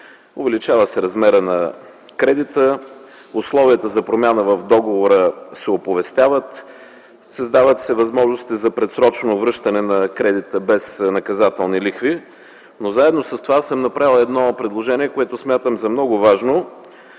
увеличава се размерът на кредита, условията за промяна в договора се оповестяват, създават се възможности за предсрочно връщане на кредита без наказателни лихви. Заедно с това съм направил предложение, което смятам за много важно.